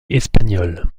espagnole